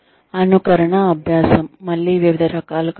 అనుకరణ అభ్యాసం మళ్ళీ వివిధ రకాలు కావచ్చు